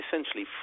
essentially